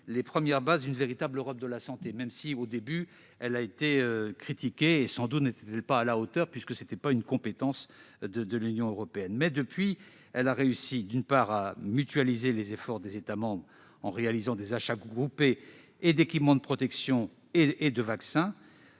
les premières bases d'une véritable Europe de la santé, même si celle-ci a été critiquée au début. Sans doute n'était-elle pas à la hauteur, dans la mesure où il ne s'agissait pas d'une compétence de l'Union européenne. Depuis lors, elle a réussi, d'une part, à mutualiser les efforts des États membres en réalisant des achats groupés d'équipements de protection et de vaccins,